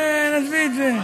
אה, עזבי את זה.